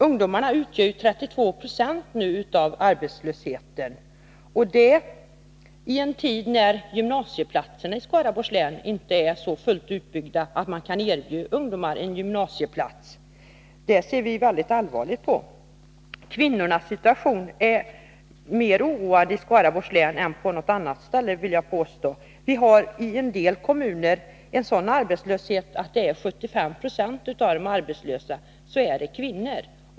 Ungdomarna utgör 32 Yo av de arbetslösa, i en tid när gymnasieplatserna i Skaraborgs län inte är fullt utbyggda så att man kan erbjuda alla ungdomar en gymnasieplats. Det ser vi mycket allvarligt på. Kvinnornas situation är mer oroande i Skaraborgs län än på något annat ställe, vill jag påstå. I en del kommuner är 75 20 av de arbetslösa kvinnor.